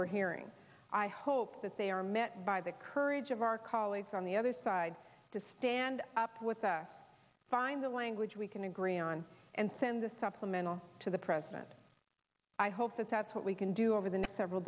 we're hearing i hope that they are met by the courage of our colleagues on the other side to stand up with us find the language we can agree on and send a supplemental to the president i hope that that's what we can do over the next several